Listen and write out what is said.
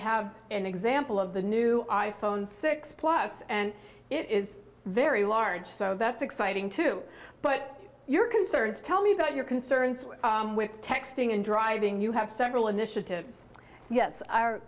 have an example of the new i phone six plus and it is very large so that's exciting too but your concerns tell me about your concerns with texting and driving you have several initiatives yes